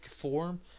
form